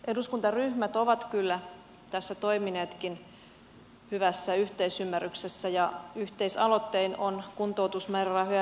eduskuntaryhmät ovat tässä kyllä toimineetkin hyvässä yhteisymmärryksessä ja yhteisaloittein on kuntoutusmäärärahoja lisätty